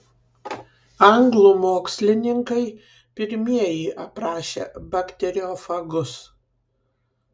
anglų mokslininkai pirmieji aprašė bakteriofagus